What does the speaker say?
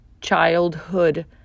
childhood